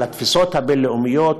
על התפיסות הבין-לאומיות,